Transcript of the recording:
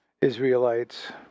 Israelites